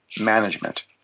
management